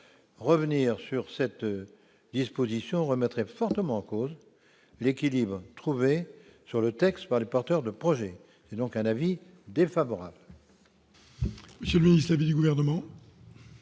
Revenir sur cette disposition remettrait fortement en cause l'équilibre trouvé sur le texte pour les porteurs de projet. L'avis de